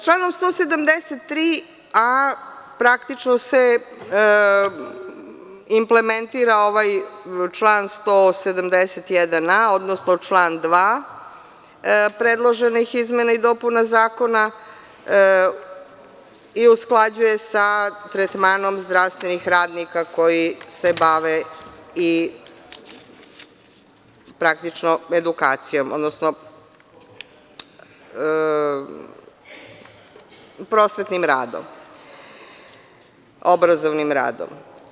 Članom 173a, praktično se implementira ovaj član 171a, odnosno član 2. predloženih izmena i dopuna zakona i usklađuje sa tretmanom zdravstvenih radnika koji se bave i praktičnom edukacijom, odnosno prosvetnim radom, obrazovnim radom.